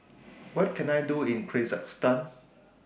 What Can I Do in Kyrgyzstan